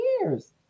years